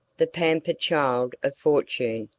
the pampered child of fortune,